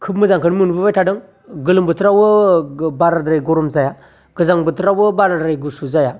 खोब मोजांखौनो मोनबोबाय थादों गोलोम बोथोरावबो बाराद्राय गरम जाया गोजां बोथोरावबो बाराद्राय गुसु जाया